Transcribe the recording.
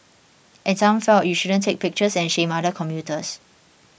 and some felt you shouldn't take pictures and shame other commuters